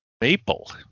Maple